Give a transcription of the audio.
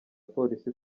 polisi